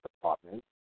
department